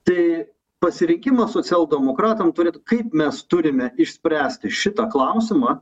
tai pasirinkimą socialdemokratam turėt kaip mes turim išspręsti šitą klausimą